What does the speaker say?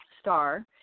star